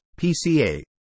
PCA